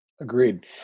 Agreed